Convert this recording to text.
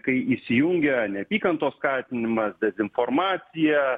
kai įsijungia neapykantos skatinimas dezinformacija